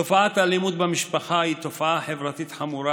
תופעת האלימות במשפחה היא תופעה חברתית חמורה,